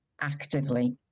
actively